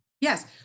Yes